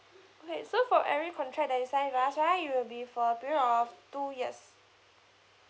okay so for every contract that you sign with us right it will be for a period of two years